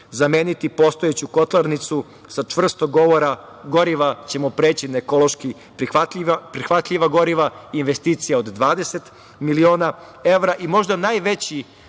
zameniti postojeću kotlarnicu sa čvrstog goriva ćemo preći na ekološki prihvatljiva goriva, investicija od 20 miliona evra. Možda najveći